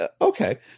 Okay